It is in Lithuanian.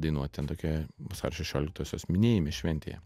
dainuot ten tokie vasario šešioliktosios minėjime šventėje